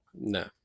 No